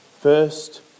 first